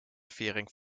viering